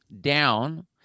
down